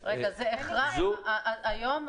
היום,